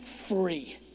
free